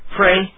pray